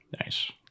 Nice